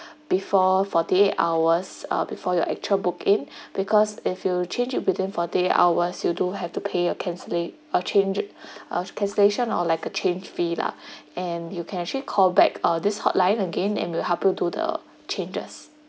before forty eight hours uh before your actual booking because if you change it within forty eight hours you do have to pay a calcelat~ uh changed uh cancellation or like a change fee lah and you can actually call back uh this hotline again and will help you do the changes